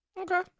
Okay